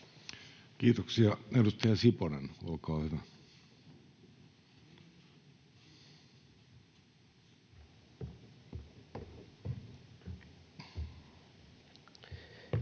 Kiitoksia. — Edustaja Siponen, olkaa hyvä.